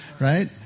right